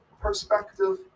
perspective